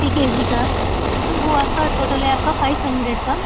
three के जी का तो वह आपका टोटल है आपका फ़ाइव हंड्रेड का